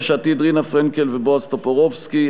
יש עתיד: רינה פרנקל ובועז טופורובסקי.